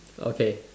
okay